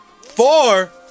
Four